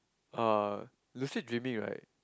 uh lucid dreaming right